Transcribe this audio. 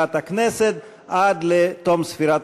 בעד, כולל סתיו שפיר,